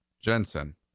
Jensen